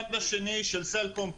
בצד השני של סלקום,